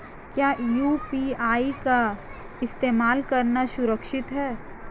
क्या यू.पी.आई का इस्तेमाल करना सुरक्षित है?